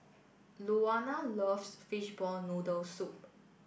Luana loves Fishball Noodle Soup